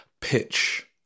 pitch